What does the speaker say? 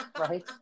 Right